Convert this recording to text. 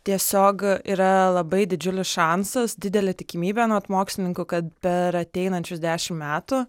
tiesiog yra labai didžiulis šansas didelė tikimybė anot mokslininkų kad per ateinančius dešim metų